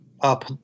up